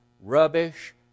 rubbish